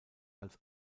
als